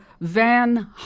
Van